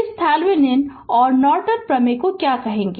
इस थेवेनिन और नॉर्टन प्रमेय को क्या कहते हैं